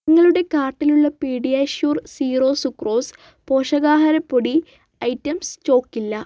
നിങ്ങളുടെ കാർട്ടിലുള്ള PediaSure zero sucrose പോഷകാഹാരപ്പൊടി ഐറ്റം സ്റ്റോക്കില്ല